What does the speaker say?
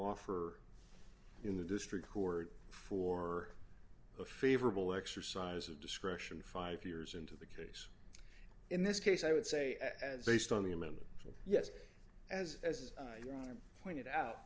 offer in the district court for the favorable exercise of discretion five years into the case in this case i would say based on the amended yes as as your honor pointed out